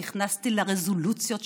שנכנסתי לרזולוציות,